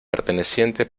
perteneciente